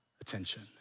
attention